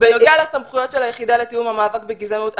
בנוגע לסמכויות של היחידה לתיאום המאבק בגזענות,